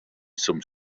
some